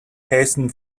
hastened